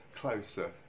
closer